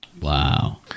Wow